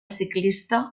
ciclista